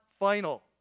final